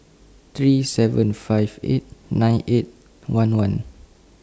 three seven five eight nine eight one one